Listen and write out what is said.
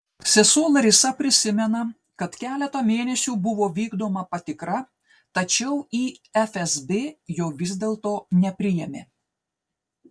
sesuo larisa prisimena kad keletą mėnesių buvo vykdoma patikra tačiau į fsb jo vis dėlto nepriėmė